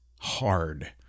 Hard